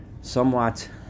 somewhat